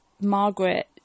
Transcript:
Margaret